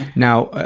now,